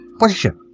position